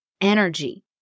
energy